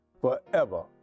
forever